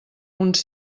uns